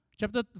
Chapter